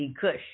Kush